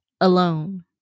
alone